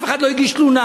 אף אחד לא הגיש תלונה,